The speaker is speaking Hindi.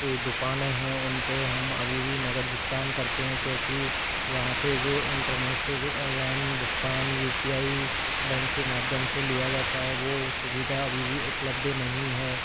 दुकाने हैं उन पर हम अभी भी नगद भुगतान करते हैं क्योंकि वहाँ पर जो इंटरनेट से जो ऑनलाइन भुगतान यू पी आई बैंक के माध्यम से लिया जाता है वह सुविधा अभी भी उपलब्ध नहीं है